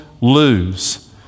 lose